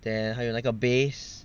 then 还有那个 base